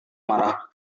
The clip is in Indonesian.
marah